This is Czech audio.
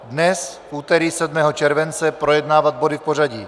Dnes, v úterý 7. července, projednávat body v pořadí: